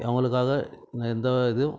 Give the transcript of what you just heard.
அவங்களுக்காக நான் எந்த இதுவும்